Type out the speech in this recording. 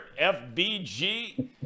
fbg